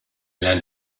lernt